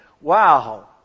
wow